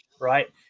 right